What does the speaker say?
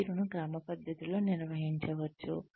పనితీరును క్రమపద్ధతిలో నిర్వహించవచ్చు